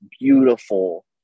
beautiful